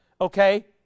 okay